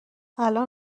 الان